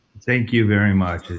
thank you very much.